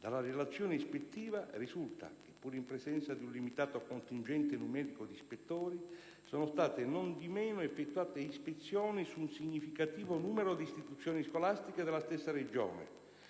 dalla relazione ispettiva risulta che, pur in presenza di un limitato contingente numerico di ispettori, sono state non di meno effettuate ispezioni su un significativo numero di istituzioni scolastiche della stessa Regione.